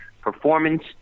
performance